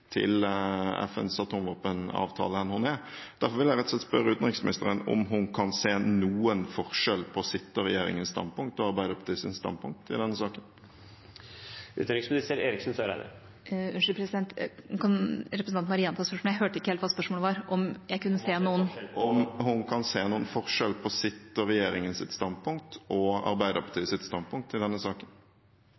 til FNs atomvåpenavtale enn hun er. Derfor vil jeg rett og slett spørre utenriksministeren om hun kan se noen forskjell på sitt og regjeringens standpunkt og Arbeiderpartiets standpunkt i denne saken. Unnskyld, president, kan representanten bare gjenta spørsmålet. Jeg hørte ikke helt hva spørsmålet var – om jeg kan se noen forskjell på …… om hun kan se noen forskjell på sitt og regjeringens standpunkt og Arbeiderpartiets standpunkt i denne saken. Jeg konstaterer at gjennom de merknadene Arbeiderpartiet